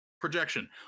projection